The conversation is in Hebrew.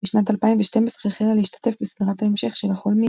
בשנת 2012 החלה להשתתף בסדרת ההמשך של "החולמים",